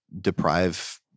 deprive